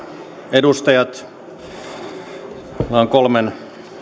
edustajat meillä on kolmen